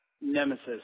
nemesis